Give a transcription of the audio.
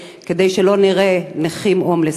כדי שלא נראה נכים הומלסים?